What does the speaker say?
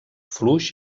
fluix